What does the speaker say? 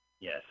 Yes